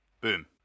Boom